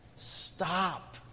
Stop